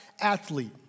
athlete